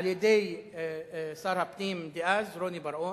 על-ידי שר הפנים דאז רוני בר-און,